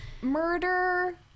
murder